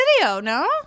no